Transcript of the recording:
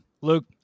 Luke